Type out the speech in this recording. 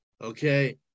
okay